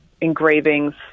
engravings